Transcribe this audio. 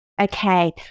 Okay